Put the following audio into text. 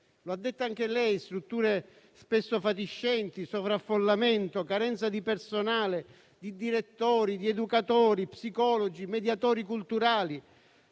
Lo ha detto anche lei: strutture spesso fatiscenti, sovraffollamento, carenza di personale, di direttori, di educatori, psicologi, mediatori culturali.